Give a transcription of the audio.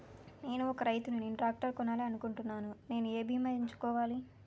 నేను ఒక రైతు ని నేను ట్రాక్టర్ కొనాలి అనుకుంటున్నాను నేను ఏ బీమా ఎంచుకోవాలి?